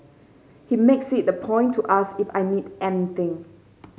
he makes it a point to ask if I need anything